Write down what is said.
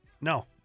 No